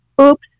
oops